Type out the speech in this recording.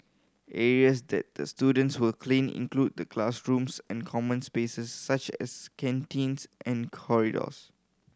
areas that the students will clean include the classrooms and common spaces such as canteens and corridors